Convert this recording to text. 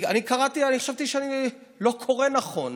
אני קראתי, וחשבתי שאני לא קורא נכון,